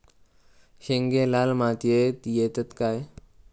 शेंगे लाल मातीयेत येतत काय?